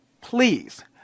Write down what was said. please